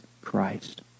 Christ